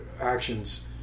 actions